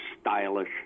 stylish